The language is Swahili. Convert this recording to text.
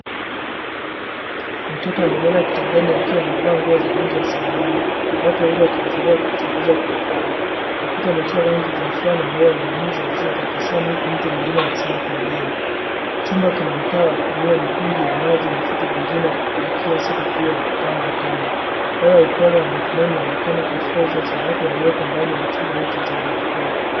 Mtoto amelala kitandani akiwa amevaa nguo za rangi ya zambarau, na watu wawili wakichunguza kwa upole. Ukuta umechorwa na nyuso za kutabasamu huku mtu mwingine akitazama pembeni. Chumba kina mtaa wa kutumia na mitungi ya maji na vitu vingine vimepangwa kando. Roho ya upole inaonekana kwenye nyuso za watu hawa walio katika chumba hiki cha matibabu.